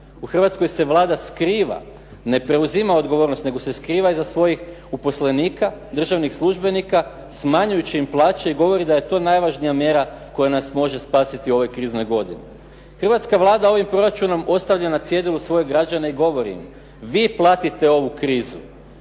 u Hrvatskoj se Vlada skriva, ne preuzima odgovornost nego se skriva iza svojih uposlenika, državnih službenika, smanjujući im plaće i govori da je to najvažnija mjera koja nas može spasiti u ovoj kriznoj godini. Hrvatska Vlada ovim proračunom ostavlja na cjedilu svoje građane i govori im, vi platite ovu krizu,